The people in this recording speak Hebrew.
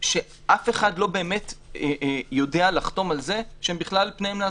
שאף אחד לא באמת יודע לחתום על שפניהם להסדרה.